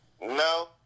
No